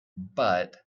but